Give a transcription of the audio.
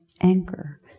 anchor